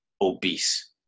obese